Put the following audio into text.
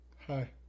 Hi